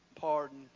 pardon